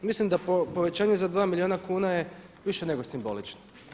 Mislim da povećanje za 2 milijuna kuna je više nego simbolično.